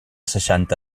seixanta